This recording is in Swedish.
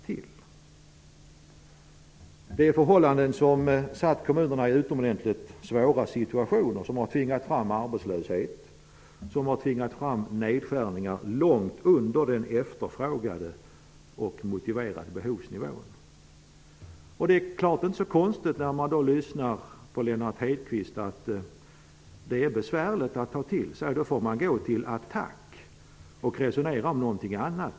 Det är förhållanden som har försatt kommunerna i utomordentligt svåra situationer, tvingat fram arbetslöshet och nedskärningar till nivåer långt under den efterfrågade och motiverade behovsnivån. När jag lyssnar på Lennart Hedquist förstår jag att detta är besvärligt att ta till sig. Då får man gå till attack och resonera om någonting annat.